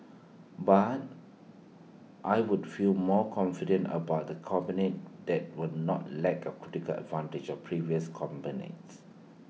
but I would feel more confident about A cabinet that will not lack A crucial advantage of previous cabinets